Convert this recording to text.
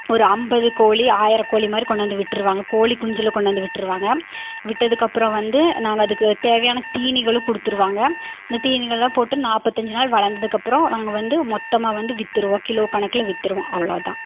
ஒரு ஐம்பது கோழி ஆயிரம் கோழி மாதிரி கொண்டு வந்து விட்டுருவாங்க கோழி குஞ்சில் கொண்டு வந்து விட்டுருவாங்க விட்டதுக்கப்புறம் வந்து நாங்கள் அதுக்கு தேவையான தீனிகளும் கொடுத்துருவாங்க அந்த தீனிங்களெல்லாம் போட்டு நாற்பத்தஞ்சி நாள் வளர்ந்ததுக்கப்பறம் நாங்கள் வந்து மொத்தமாக வந்து விற்றுருவோம் கிலோ கணக்கில் விற்றுருவோம் அவ்வளோதான்